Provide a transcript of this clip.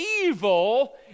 evil